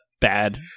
Bad